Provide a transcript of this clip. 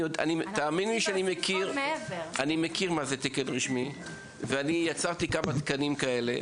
תאמיני לי שאני יודע מה זה תקן רשמי וגם יצרתי כמה תקנים כאלה,